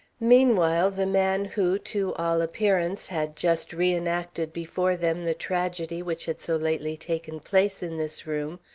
meanwhile the man who, to all appearance, had just re-enacted before them the tragedy which had so lately taken place in this room,